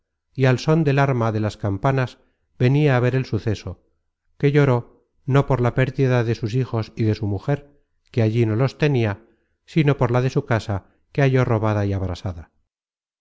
y al són del arma de las campanas venia á ver el suceso que lloró no por la pérdida de sus hijos y de su mujer que allí no los tenia sino por la de su casa que halló robada y abrasada